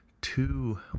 two